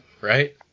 right